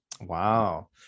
Wow